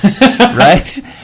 right